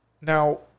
Now